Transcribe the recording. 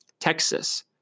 Texas